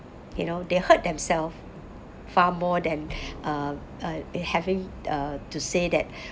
you know they hurt themselves far more than uh uh uh having uh to say that